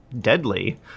deadly